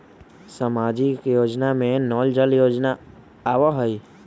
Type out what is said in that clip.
सामाजिक योजना में नल जल योजना आवहई?